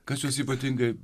kas jus ypatingai